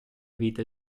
vita